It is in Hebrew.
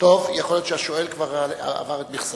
יכול להיות שהשואל כבר עבר את מכסתו.